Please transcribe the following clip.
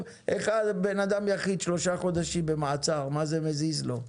בן אדם יחיד שלושה חודשים במעצר, מה זה מזיז לו.